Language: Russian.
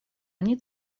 они